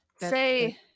say